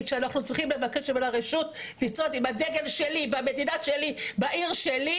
שאנחנו צריכים לבקש ממנה רשות לצעוד עם הדגל שלי במדינה שלי בעיר שלי,